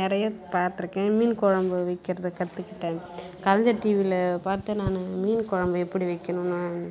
நிறைய பார்த்துருக்கேன் மீன் குழம்பு வைக்கிறது கற்றுக்கிட்டேன் கலைஞர் டிவியில் பார்த்து நான் மீன் குழம்பு எப்படி வெக்கணுன்னு